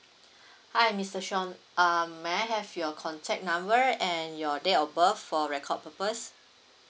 hi mister sean um may I have your contact number and your date of birth for record purpose